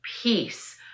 peace